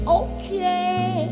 okay